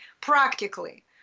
practically